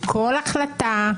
כל החלטה,